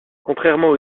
contrairement